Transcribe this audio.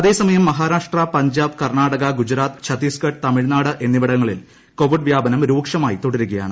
അതേസമയം മഹാരാഷ്ട്ര പഞ്ചാബ് കർണ്ണാടക ഗുജറാത്ത് ഛത്തീസ്ഗഢ് തമിഴ്നാട് എന്നിവിടങ്ങളിൽ കോവിഡ് വ്യാപ്പനം രൂക്ഷമായി തുടരുകയാണ്